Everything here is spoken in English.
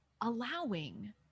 allowing